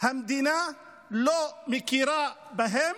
המדינה לא מכירה בהם